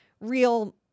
real